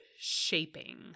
shaping